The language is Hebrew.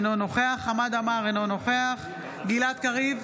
אינו נוכח חמד עמאר, אינו נוכח גלעד קריב,